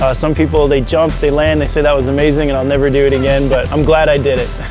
ah some people they jump, they land, they say that was amazing and i'll never do it again, but i'm glad i did it.